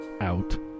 out